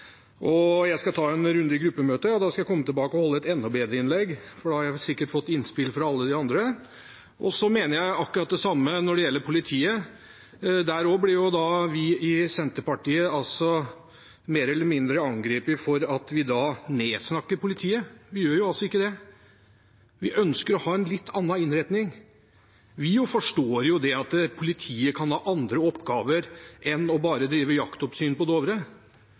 Jeg skal ta en runde i gruppemøtet, og så skal jeg komme tilbake og holde et enda bedre innlegg, for da har jeg sikkert fått innspill fra alle de andre. Så mener jeg akkurat det samme når det gjelder politiet. Vi i Senterpartiet blir mer eller mindre angrepet for at vi «nedsnakker» politiet. Vi gjør altså ikke det, vi ønsker å ha en litt annen innretning. Vi forstår jo også at politiet kan ha andre oppgaver enn bare å drive jaktoppsyn på Dovre,